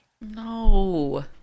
No